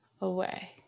away